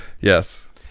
Yes